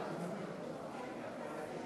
ביטול החוק),